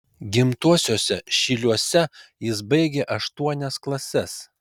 gimtuosiuose šyliuose jis baigė aštuonias klases